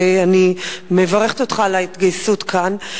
ואני מברכת אותך על ההתגייסות כאן.